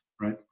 right